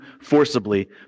forcibly